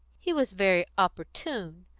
he was very opportune.